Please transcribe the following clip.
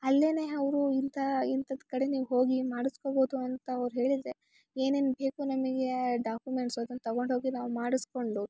ಅಲ್ಲೇನೇ ಅವರು ಇಂಥ ಇಂತದ್ದು ಕಡೆ ನೀವು ಹೋಗಿ ಮಾಡಿಸ್ಕೊಬೋದು ಅಂತ ಅವರು ಹೇಳಿದರೆ ಏನೇನು ಬೇಕು ನಮಗೆ ಡಾಕ್ಯುಮೆಂಟ್ಸ್ ಅದನ್ನ ತಗೊಂಡು ಹೋಗಿ ನಾವು ಮಾಡ್ಸ್ಕೊಂಡು